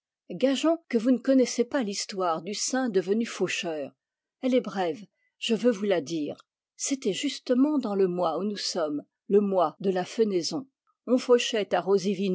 gageons que vous ne connaissez pas l'histoire du saint devenu faucheur elle est brève je veux vous la dire c'était justement dans le mois où nous sommes le mois de la fenaison on fauchait à